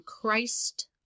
Christ